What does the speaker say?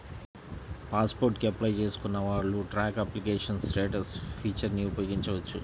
pass port కి apply చేసుకున్న వాళ్ళు ట్రాక్ అప్లికేషన్ స్టేటస్ ఫీచర్ని ఉపయోగించవచ్చు